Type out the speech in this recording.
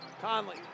Conley